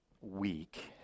week